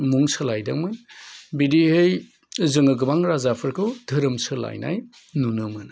मुं सोलायदोंमोन बिदिहै जोङो गोबां राजाफोरखौ धोरोम सोलायनाय नुनो मोनो